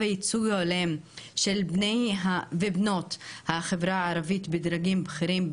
הייצוג ההולם של בני ובנות החברה הערבית בדרגים בכירים,